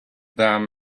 them